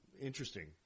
interesting